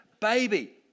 baby